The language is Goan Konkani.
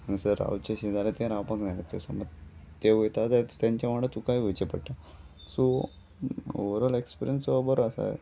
हांगासर रावचें अशें जाल्यार तें रावपाक जाय ते समज तें वयता जा तेंच्या वांगडा तुकाय वयचें पडटा सो ओवरऑल ऍक्सपिरियन्स हो बरो आसा